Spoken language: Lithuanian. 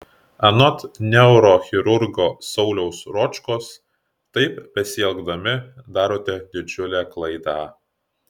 anot neurochirurgo sauliaus ročkos taip besielgdami darote didžiulę klaidą